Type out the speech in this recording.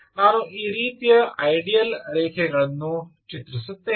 ನಾನು ಈ ರೀತಿಯ ಐಡಿಯಲ್ ರೇಖೆಗಳನ್ನು ಚಿತ್ರಿಸುತ್ತೇನೆ